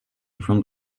front